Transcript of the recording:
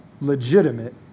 legitimate